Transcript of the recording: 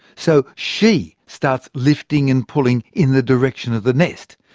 so she starts lifting and pulling in the direction of the nest.